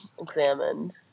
examined